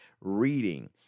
Reading